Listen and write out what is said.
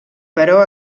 però